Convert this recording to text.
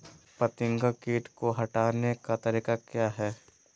फतिंगा किट को हटाने का तरीका क्या है?